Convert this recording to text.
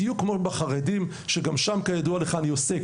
בדיוק כמו אצל החרדים שגם שם כידוע לך אני עוסק